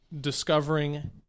Discovering